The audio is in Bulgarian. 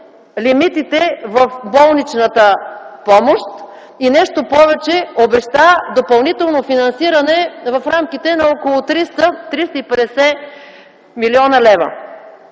лимитите в болничната помощ и нещо повече, обеща допълнително финансиране в рамките на около 300-350 млн. лева.